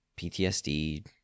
PTSD